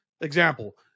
example